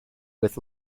with